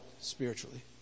Spiritually